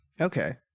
Okay